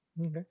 Okay